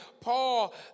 Paul